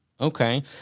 Okay